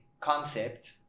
concept